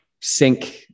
sync